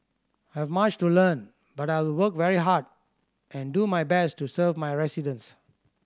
I've much to learn but I will work very hard and do my best to serve my residents